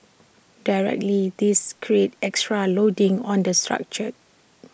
directly this creates extra loading on the structure